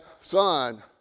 son